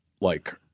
like-